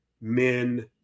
men